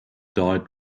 died